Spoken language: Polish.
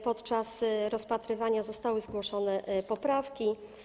Podczas rozpatrywania zostały zgłoszone poprawki.